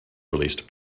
released